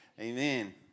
Amen